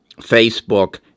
Facebook